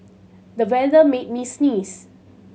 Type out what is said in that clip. the weather made me sneeze